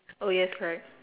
oh yes correct